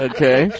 Okay